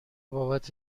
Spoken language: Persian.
بابت